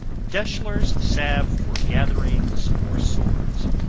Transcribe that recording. deshler's salve for gatherings or sores.